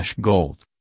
Gold